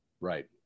Right